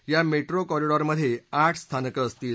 या metro corridor मध्ये आठ स्थानकं असतील